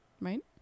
Right